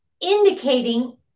indicating